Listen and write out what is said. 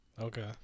Okay